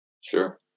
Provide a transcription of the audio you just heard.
sure